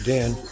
Dan